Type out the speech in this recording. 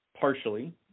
partially